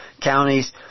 counties